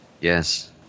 Yes